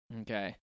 Okay